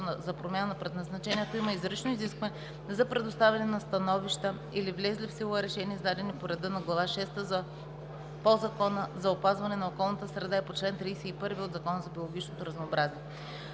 за промяна на предназначението има изрично изискване за предоставяне на становища или влезли в сила решения, издадени по реда на Глава шеста от Закона за опазване на околната среда и по чл. 31 от Закона за биологичното разнообразие.